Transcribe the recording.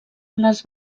les